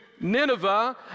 Nineveh